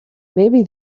maybe